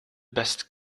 best